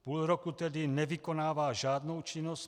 Půl roku tedy nevykonával žádnou činnost.